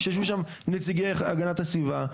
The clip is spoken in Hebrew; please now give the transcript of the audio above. שישבו שם נציגי הגנת הסביבה,